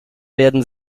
werden